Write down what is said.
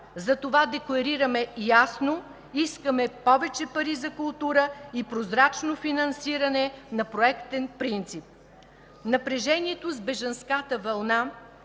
Затова декларираме ясно: искаме повече пари за култура и прозрачно финансиране на проектен принцип. Напрежението с бежанската вълна,